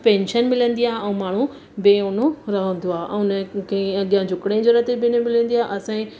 pension मिलंदी आहे ऐं माण्हू बेओनो रहंदो आहे ऐं उनखे कंहिं अॻियां झुकण जी ज़रूरत बि न मिलंदी आहे असांजे